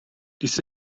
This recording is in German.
dies